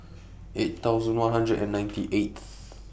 eight thousand one hundred and ninety eighth